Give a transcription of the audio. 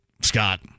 Scott